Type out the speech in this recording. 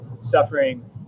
suffering